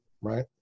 right